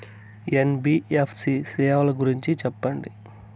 NBFC సేవల గురించి సెప్పండి?